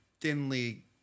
thinly